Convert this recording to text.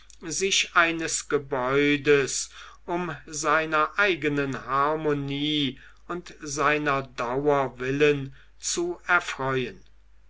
sich eines gebäudes um seiner eigenen harmonie und seiner dauer willen zu erfreuen